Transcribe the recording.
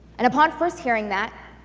and upon first hearing that,